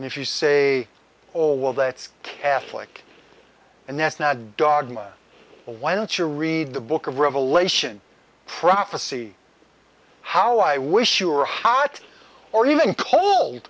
and if you say oh well that's catholic and that's not a dogma why don't you read the book of revelation prophecy how i wish sure how it or even cold